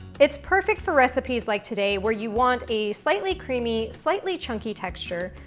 it's perfect for recipes like today, where you want a slightly creamy, slightly chunky texture,